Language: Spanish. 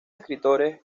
escritores